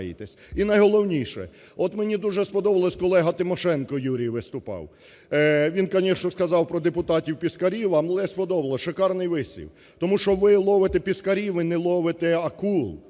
І найголовніше. От мені дуже сподобалось, колега Тимошенко Юрій виступав. Він, конечно, сказав про депутатів-піскарів, але мені сподобалось, – шикарний вислів. Тому що ви ловите піскарів, ви не ловите акул: